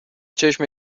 چشم